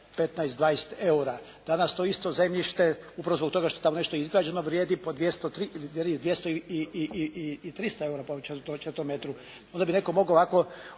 eura danas to isto zemljište upravo zbog toga što je tamo nešto izgrađeno vrijedi po 200 i 300 eura po četvornom metru. Onda bi netko mogao ovako